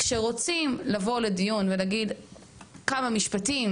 אבל כשרוצים לבוא לדיון ולהגיד כמה משפטים